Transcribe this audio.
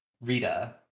Rita